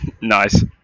Nice